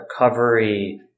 recovery